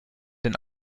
den